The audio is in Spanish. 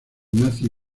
nazi